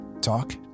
Talk